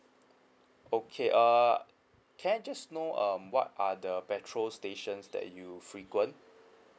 okay err can I just know um what are the petrol stations that you frequent